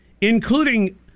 Including